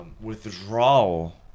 withdrawal